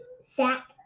sack